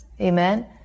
amen